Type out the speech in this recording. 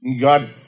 God